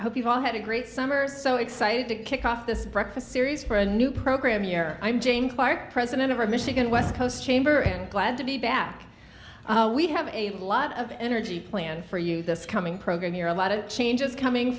hope you all had a great summer so excited to kick off this breakfast series for a new program here i'm jane clark president of our michigan west coast chamber and glad to be back we have a lot of energy plan for you this coming program here a lot of changes coming